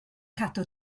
cadw